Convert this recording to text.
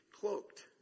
cloaked